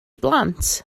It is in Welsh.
blant